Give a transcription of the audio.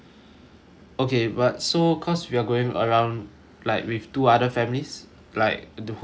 okay but so because we're going around like with two other families like the whole have like